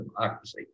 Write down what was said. democracy